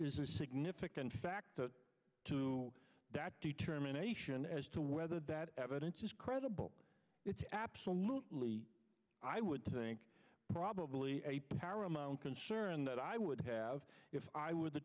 is a significant factor to that determination as to whether that evidence is credible it's absolutely i would think probably a paramount concern that i would have if i were t